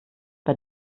bei